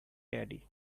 daddy